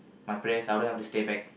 my prayers I wouldn't have to stay back